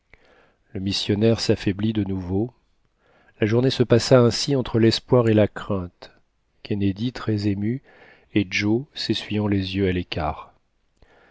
le missionnaire saffaiblit de nouveau la journée se passa ainsi entre lespoir et la crainte kennedy très ému et joe s'essuyant les yeux à lécart